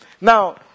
Now